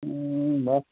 ಹ್ಞೂ ಬಾ